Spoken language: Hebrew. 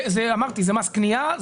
זה מס קנייה,